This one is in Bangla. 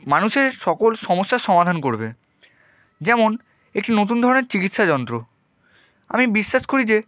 মানুষের সকল সমস্যার সমাধান করবে যেমন একটি নতুন ধরনের চিকিৎসা যন্ত্র আমি বিশ্বাস করি যে